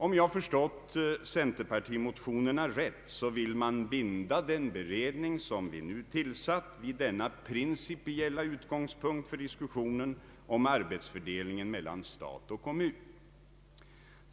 Om jag har förstått centerpartimotionerna rätt, vill man binda den beredning som vi nu har tillsatt vid denna principiella utgångspunkt för diskussionen om arbetsfördelningen mellan stat och kommun.